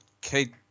kate